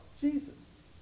Jesus